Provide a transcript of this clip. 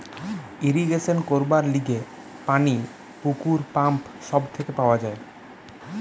irrigation করবার লিগে পানি পুকুর, পাম্প সব থেকে পাওয়া যায়